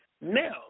Now